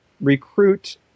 recruit